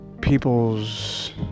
people's